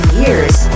years